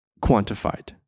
quantified